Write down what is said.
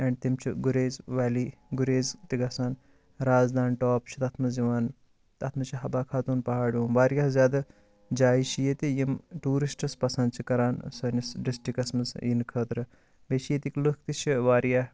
and تِم چھِ Gurez valley Gurez تہِ گَژھان رازدان ٹاپ چھُ تَتھ منٛز یِوان تَتھ منٛز چھُ حبہ خاطون پہاڑ یِون وارِیاہ زیادٕ جایہِ چھِ ییٚتہِ یِم ٹوٗرسٹٕس پسنٛد چھِ کَران سٲنِس ڈسٹِکس منٛز یںہٕ خٲطرٕ بیٚیہِ چھِ ییٚتِکۍ لُکھ تہِ چھِ وارِیاہ